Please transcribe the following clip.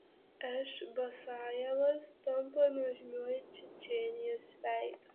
š basajevas tampa nuožmiuoju čečėnijos veidu